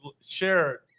share